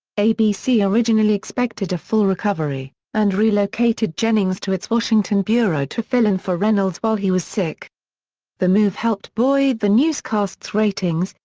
abc originally expected a full recovery, and relocated jennings to its washington bureau to fill in for reynolds while he was sick the move helped buoy the newscast's ratings,